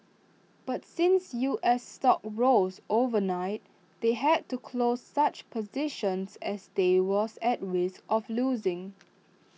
but since U S stocks rose overnight they had to close such positions as they was at risk of losing